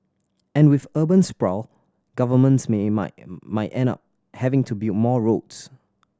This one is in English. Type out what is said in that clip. and with urban sprawl governments may might might end up having to build more roads